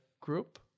group